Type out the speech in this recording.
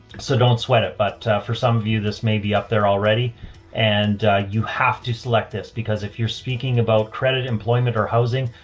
so don't sweat it. but for some of you, this may be up there already and you have to select this because if you're speaking about credit employment or housing,